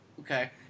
Okay